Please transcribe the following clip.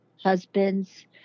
husbands